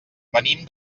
venim